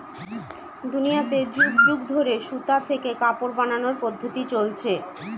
দুনিয়াতে যুগ যুগ ধরে সুতা থেকে কাপড় বানানোর পদ্ধপ্তি চলছে